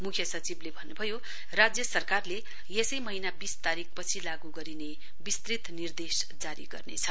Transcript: मुख्य सचिवले भन्नभयो राज्य सरकारले यसै महीना वीस तारीकपछि लागू गरिने विस्तृत निर्देश जारी गर्नेछ